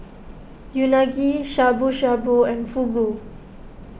Unagi Shabu Shabu and Fugu